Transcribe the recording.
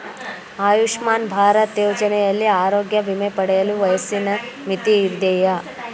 ಆಯುಷ್ಮಾನ್ ಭಾರತ್ ಯೋಜನೆಯಲ್ಲಿ ಆರೋಗ್ಯ ವಿಮೆ ಪಡೆಯಲು ವಯಸ್ಸಿನ ಮಿತಿ ಇದೆಯಾ?